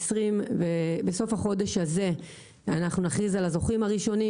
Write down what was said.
בסוף החודש נכריז על הזוכים הראשונים